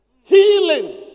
healing